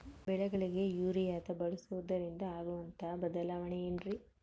ಬೆಳೆಗಳಿಗೆ ಯೂರಿಯಾ ಬಳಸುವುದರಿಂದ ಆಗುವಂತಹ ಬದಲಾವಣೆ ಏನ್ರಿ?